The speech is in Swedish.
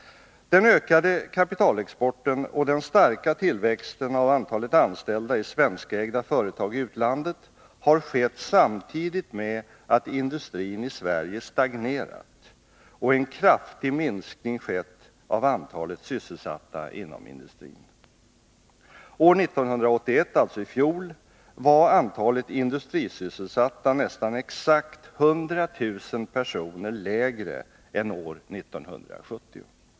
Den ökade kapitalexporten och den starka tillväxten av antalet anställda i svenskägda företag i utlandet har skett samtidigt med att industrin i Sverige stagnerat och en kraftig minskning skett av antalet sysselsatta inom industrin. År 1981, alltså i fjol, var antalet industrisysselsatta nästan exakt 100 000 personer lägre än år 1970.